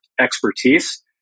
expertise